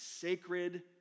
sacred